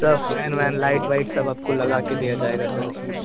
सब fan van light white सब आपको लगा कर दिया जाएगा सर उसमें